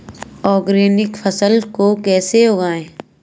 Organic फसल को कैसे उगाएँ?